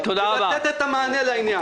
לתת את המענה לעניין.